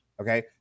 Okay